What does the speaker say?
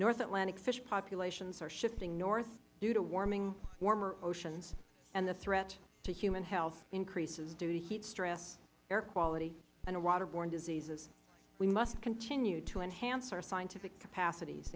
north atlantic fish populations are shifting north due to warmer oceans and the threat to human health increases due to heat stress air quality and water borne diseases we must continue to enhance our scientific capacities